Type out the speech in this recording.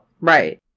Right